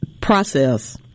process